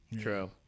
True